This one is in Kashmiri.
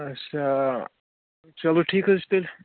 اَچھا چَلو ٹھیٖک حظ چھُ تیٚلہِ